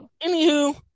anywho